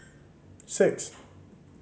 six